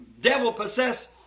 devil-possessed